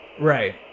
Right